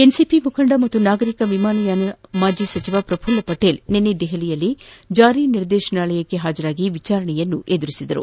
NCP ಮುಖಂದ ಹಾಗೂ ನಾಗರಿಕ ವಿಮಾನ ಯಾನ ಮಾಜಿ ಸಚಿವ ಪ್ರಫುಲ್ ಪಟೇಲ್ ನಿನ್ನೆ ನವದೆಹಲಿಯಲ್ಲಿ ಜಾರಿ ನಿರ್ದೇಶನಾಲಯಕ್ಕೆ ಹಾಜರಾಗಿ ವಿಚಾರಣೆ ಎದುರಿಸಿದರು